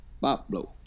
Pablo